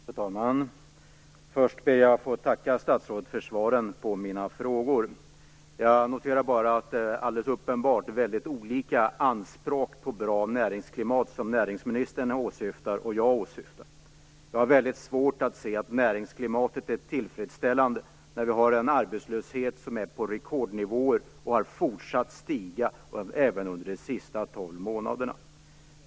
Fru talman! Först ber jag att få tacka statsrådet för svaren på mina frågor. Jag noterar bara att det alldeles uppenbart är väldigt olika anspråk på bra näringsklimat som näringsministern åsyftar och som jag åsyftar. Jag har väldigt svårt att se att näringsklimatet är tillfredsställande när vi har en arbetslöshet på rekordnivåer, och de har fortsatt att stiga även under de senaste tolv månaderna.